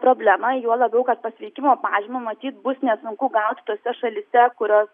problemą juo labiau kad pasveikimo pažymą matyt bus nesunku gauti tose šalyse kurios